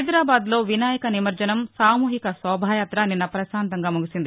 హైదరాబాద్లో వినాయక నిమజ్జనం సాముహిక శోభాయాత నిన్న ప్రశాంతంగా ముగిసింది